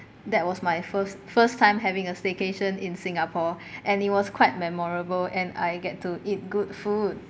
that was my first first time having a staycation in singapore and it was quite memorable and I get to eat good food